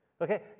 Okay